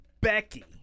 Becky